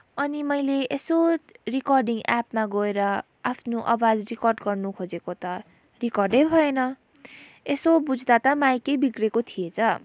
अनि मैले यसो रेकर्डिङ एपमा गएर आफ्नो आवाज रेकर्ड गर्नु खोजेको त रेकर्डै भएन यसो बुझ्दा त माइकै बिग्रेको थिएछ